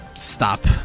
stop